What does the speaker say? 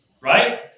right